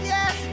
Yes